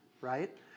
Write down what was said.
right